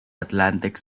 atlantic